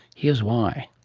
here's why.